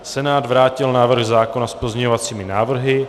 Senát vrátil návrh zákona s pozměňovacími návrhy.